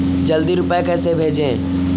जल्दी रूपए कैसे भेजें?